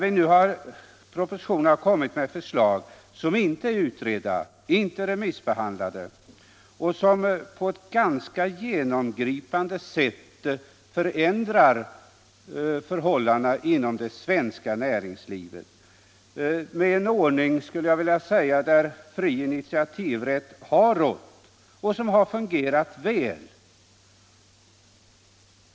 I propositionen har ju lagts fram förslag som inte är utredda och inte är remissbehandlade och som på ett ganska genomgripande sätt förändrar | förhållandena inom det svenska näringslivet med en ordning, skulle jag vilja säga, där fri initiativrätt har rått och som har fungerat väl.